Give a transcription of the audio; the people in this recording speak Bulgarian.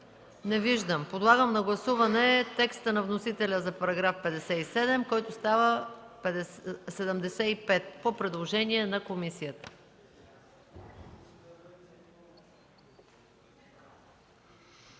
Не виждам. Подлагам на гласуване текста на вносителя за § 57, който става § 75, по предложение на комисията.